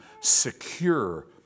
secure